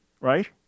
right